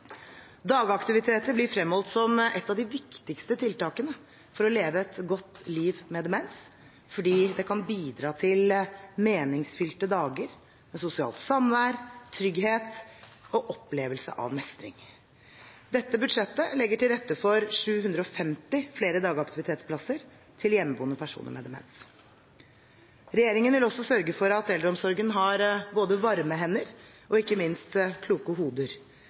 Dagaktiviteter blir fremholdt som et av de viktigste tiltakene for å leve et godt liv med demens, fordi det kan bidra til meningsfylte dager med sosialt samvær, trygghet og opplevelse av mestring. Dette budsjettet legger til rette for 750 flere dagaktivitetsplasser til hjemmeboende personer med demens. Regjeringen vil også sørge for at eldreomsorgen har både varme hender og – ikke minst – kloke hoder.